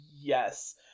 Yes